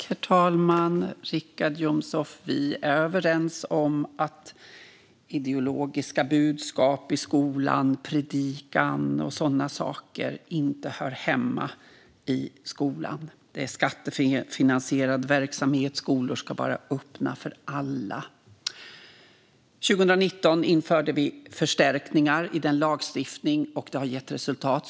Herr talman! Vi är överens om, Richard Jomshof, att ideologiska budskap i skolan, predikningar och sådana saker, inte hör hemma i skolan. Det är skattefinansierad verksamhet. Skolor ska vara öppna för alla. År 2019 införde vi förstärkningar i den lagstiftningen, och det har gett resultat.